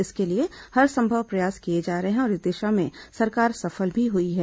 इसके लिए हरसंभव प्रयास किए जा रहे हैं और इस दिशा में सरकार सफल भी हुई है